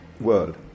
world